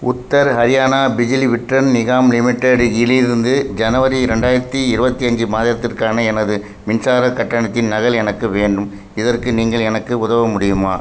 Uttar Haryana Bijli Vitran Nigam limited இலிருந்து ஜனவரி ரெண்டாயிரத்து இருபத்தி அஞ்சு மாதத்திற்கான எனது மின்சாரக் கட்டணத்தின் நகல் எனக்கு வேண்டும் இதற்கு நீங்கள் எனக்கு உதவ முடியுமா